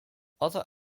other